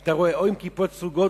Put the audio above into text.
אתה רואה או עם כיפות סרוגות,